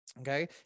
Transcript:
Okay